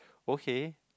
okay